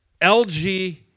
LG